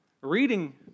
reading